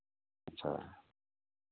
अच्छा है